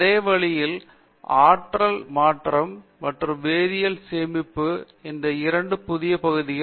அதே வழியில் ஆற்றல் மாற்றம் மற்றும் ஆற்றல் சேமிப்பு இந்த இரண்டு புதிய பகுதிகள்